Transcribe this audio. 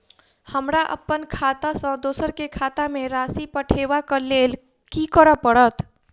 हमरा अप्पन खाता सँ दोसर केँ खाता मे राशि पठेवाक लेल की करऽ पड़त?